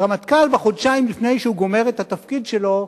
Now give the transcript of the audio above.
הרמטכ"ל, בחודשיים לפני שהוא גומר את התפקיד שלו,